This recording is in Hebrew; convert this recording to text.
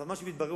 אבל מה שמתברר,